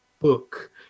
book